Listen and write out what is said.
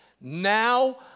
now